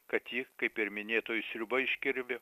kad ji kaip ir minėtoji sriuba iš kirvio